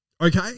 Okay